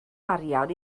arian